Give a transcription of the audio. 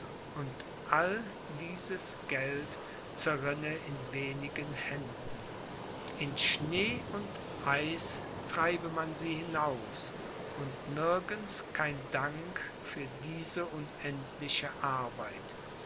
und all dieses geld zerrinne in wenigen händen in schnee und eis treibe man sie hinaus und nirgends kein dank für diese unendliche arbeit